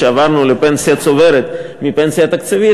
כשעברנו לפנסיה צוברת מפנסיה תקציבית,